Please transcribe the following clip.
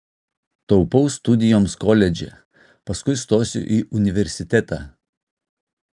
taupau studijoms koledže paskui stosiu į universitetą